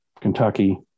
Kentucky